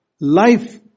Life